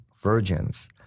virgins